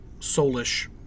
soulish